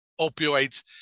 opioids